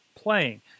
playing